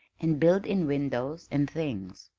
and build in windows and things.